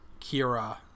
Kira